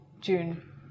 June